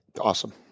Awesome